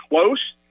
close